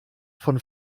von